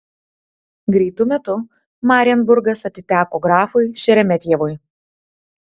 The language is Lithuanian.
greitu metu marienburgas atiteko grafui šeremetjevui